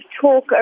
talk